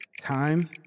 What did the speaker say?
Time